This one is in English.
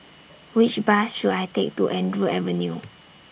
Which Bus should I Take to Andrew Avenue